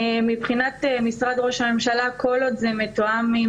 מבחינת משרד ראש הממשלה כל עוד זה מתואם,